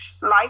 life